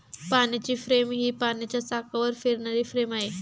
पाण्याची फ्रेम ही पाण्याच्या चाकावर फिरणारी फ्रेम आहे